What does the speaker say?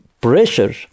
pressure